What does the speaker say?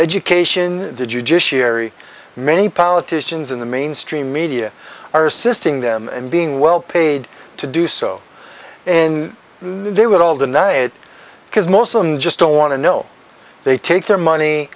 education did you just cheri many politicians in the mainstream media are assisting them and being well paid to do so and they would all deny it because most of them just don't want to know they take their money